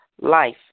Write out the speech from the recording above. life